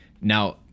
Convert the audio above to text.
Now